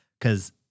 because-